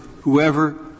whoever